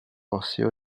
osseo